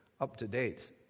up-to-date